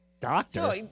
Doctor